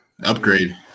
Upgrade